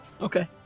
Okay